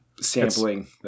sampling